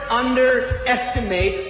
underestimate